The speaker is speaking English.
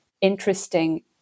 interesting